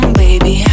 baby